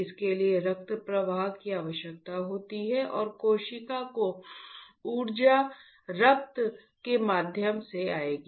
इसके लिए रक्त प्रवाह की आवश्यकता होती है और कोशिका को ऊर्जा रक्त के माध्यम से आएगी